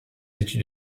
études